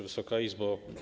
Wysoka Izbo!